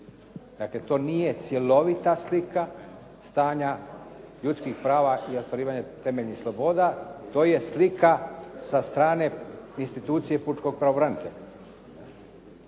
Dakle, to nije cjelovita slika stanja ljudskih prava i ostvarivanja temeljnih sloboda. To je slika sa strane institucije pučkog pravobranitelja.